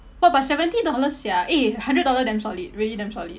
no but seventy dollars sia eh hundred dollar damn solid really damn solid